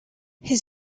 his